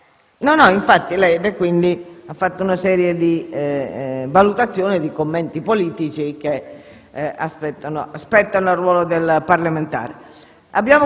Lei ha quindi fatto una serie di valutazioni e di commenti politici, che spettano al ruolo del parlamentare.